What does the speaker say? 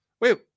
wait